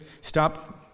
Stop